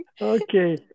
Okay